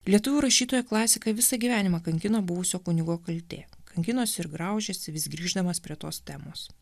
lietuvių rašytoją klasiką visą gyvenimą kankino buvusio kunigo kaltė kankinosi ir graužėsi vis grįždamas prie tos temos